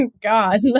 god